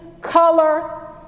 color